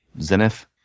zenith